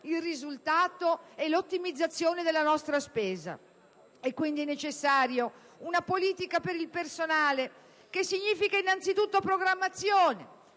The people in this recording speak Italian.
il risultato e l'ottimizzazione della nostra spesa. È quindi necessaria una politica per il personale, che significa innanzitutto programmazione